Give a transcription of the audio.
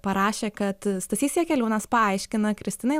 parašė kad stasys jakeliūnas paaiškina kristinai